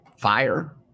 fire